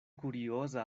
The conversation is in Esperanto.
kurioza